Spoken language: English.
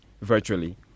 virtually